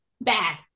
Bad